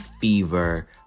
fever